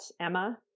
emma